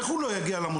איך הוא לא יגיע למושב?